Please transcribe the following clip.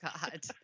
God